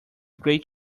great